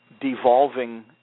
devolving